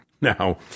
Now